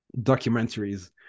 documentaries